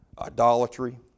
Idolatry